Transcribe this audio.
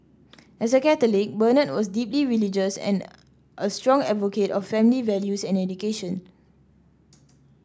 as a Catholic Bernard was deeply religious and a strong advocate of family values and education